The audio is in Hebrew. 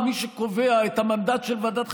שיקבע את אופן הבדיקה בהסכמה כללית.